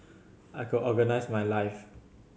I could organise my life